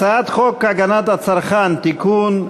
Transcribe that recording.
הצעת חוק הגנת הצרכן (תיקון,